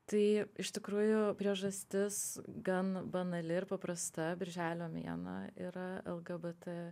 tai iš tikrųjų priežastis gan banali ir paprasta birželio mėnuo yra lgbt